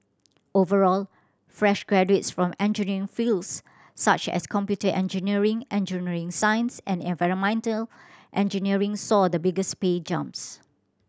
overall fresh graduates from engineering fields such as computer engineering engineering science and environmental engineering saw the biggest pay jumps